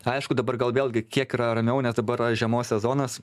aišku dabar gal vėlgi kiek yra ramiau nes dabar yra žiemos sezonas